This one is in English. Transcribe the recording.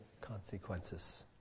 consequences